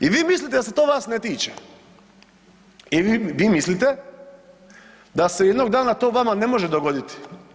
I vi mislite da se to vas ne tiče i vi mislite da se jednog dana to vama ne može dogoditi.